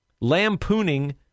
lampooning